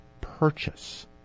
purchase